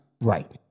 Right